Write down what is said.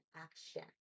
action